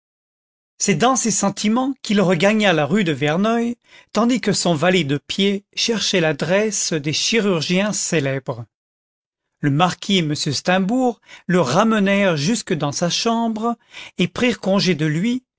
c'est dans ces sentiments qu'il regagna la rue de verneuil tandis que son valet de pied cherchait l'adresse des chirurgiens célèbres le marquis et m steimbourg le ramenèrent jusque c content from google book search generated at dans sa chambre et prirent congé de lui